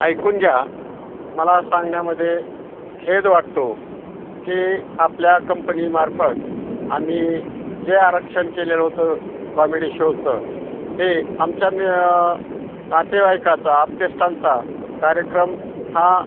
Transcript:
ऐकून घ्या मला सांगण्यामध्ये खेद वाटतो की आपल्या कंपनीमार्फत आम्ही जे आरक्षण केलेलं होतं कॉमेडी शोचं ते आमच्या मे नातेवाईकाचा आप्तेष्टांचा कार्यक्रम हा